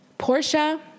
Portia